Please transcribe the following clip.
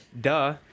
Duh